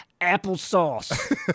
applesauce